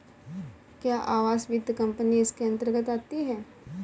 क्या आवास वित्त कंपनी इसके अन्तर्गत आती है?